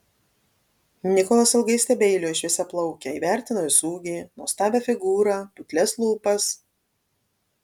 nikolas ilgai stebeilijo į šviesiaplaukę įvertino jos ūgį nuostabią figūrą putlias lūpas